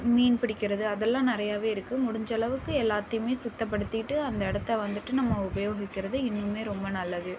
மீன் பிடிக்கிறது அதெல்லாம் நிறையாவே இருக்குது முடிஞ்சளவுக்கு எல்லாத்தையுமே சுத்தப்படுத்திட்டு அந்த இடத்த வந்துவிட்டு நம்ம உபயோகிக்கிறது இன்னும் ரொம்ப நல்லது